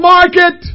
Market